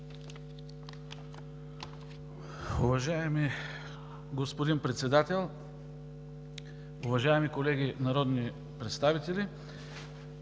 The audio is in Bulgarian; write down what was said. Уважаеми господин Председател, уважаеми колеги народни представители,